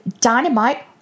Dynamite